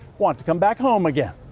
want to come back home again.